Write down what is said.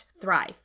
thrive